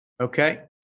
Okay